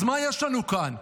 אז מה יש לנו כאן?